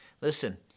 listen